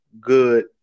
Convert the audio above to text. good